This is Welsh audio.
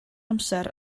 amser